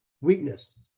weakness